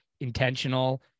intentional